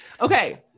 Okay